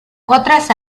otras